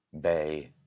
bay